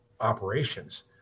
operations